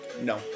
No